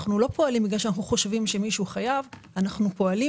אנחנו לא פועלים בגלל שאנחנו חושבים שמישהו חייב אלא אנחנו פועלים